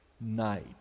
night